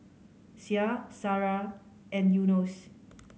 Syah Sarah and Yunos